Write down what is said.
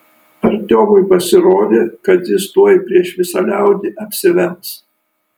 artiomui pasirodė kad jis tuoj prieš visą liaudį apsivems